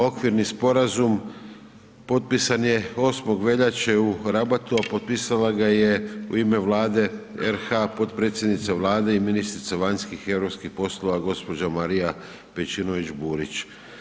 Okvirni sporazum potpisan je 8. veljače u Rabatu a potpisala ga je u ime Vlade RH potpredsjednica Vlade i ministrica vanjskih i europskih poslova gospođa Marija Pejčinović Burić.